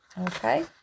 okay